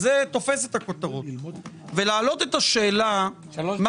זה תופס את הכותרות, ולהעלות - ואת